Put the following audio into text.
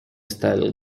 styled